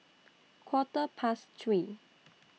Quarter Past three